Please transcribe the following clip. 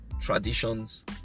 traditions